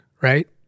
right